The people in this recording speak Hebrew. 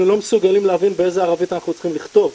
לא מסוגלים להבין באיזה ערבית אנחנו צריכים לכתוב.